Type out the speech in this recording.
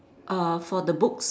uh for the books